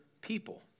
people